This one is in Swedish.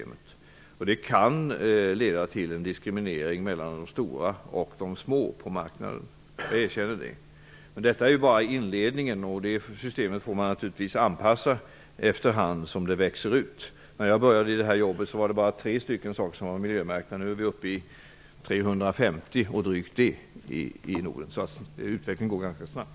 Det kan leda till en diskriminering av de små på marknaden, det erkänner jag. Men detta är bara inledningen. Systemet får naturligtvis anpassas efter hand som det växer ut. När jag började i det här jobbet var det bara tre produkter som var miljömärkta. Nu är man uppe i drygt 350 produkter. Utvecklingen går alltså ganska snabbt.